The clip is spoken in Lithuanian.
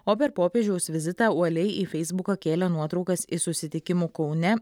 o per popiežiaus vizitą uoliai į feisbuką kėlė nuotraukas iš susitikimų kaune